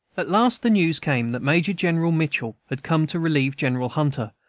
at last the news came that major-general mitchell had come to relieve general hunter,